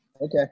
Okay